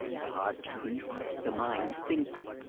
the heart beats, the mind thinks.